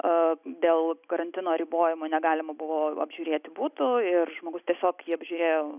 o dėl karantino ribojimų negalima buvo apžiūrėti buto ir žmogus tiesiog jį apžiūrėjo